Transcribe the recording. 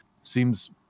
seems